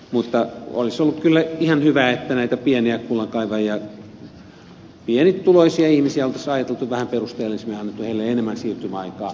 mutta olisi ollut kyllä ihan hyvä että näitä kullankaivajia pienituloisia ihmisiä olisi ajateltu vähän perusteellisemmin ja annettu heille enemmän siirtymäaikaa